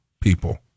people